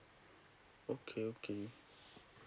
okay okay